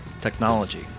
technology